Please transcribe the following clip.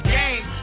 game